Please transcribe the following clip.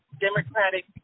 Democratic